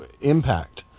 impact